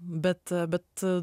bet a bet a